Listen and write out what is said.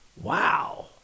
wow